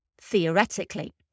Theoretically